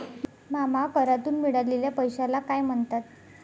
मामा करातून मिळालेल्या पैशाला काय म्हणतात?